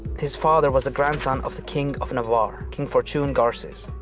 his father was the grandson of the king of navarre, king fortun garces.